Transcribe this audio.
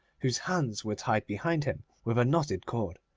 whose hands were tied behind him with a knotted cord,